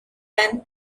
then